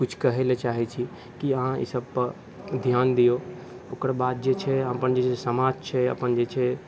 किछु कहैलए चाहै छी कि अहाँ एहि सबपर धिआन दिऔ ओकर बाद जे छै अपन जे समाज छै अपन जे छै